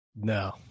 No